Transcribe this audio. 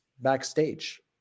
backstage